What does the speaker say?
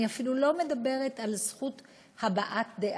אני אפילו לא מדברת על זכות הבעת דעה,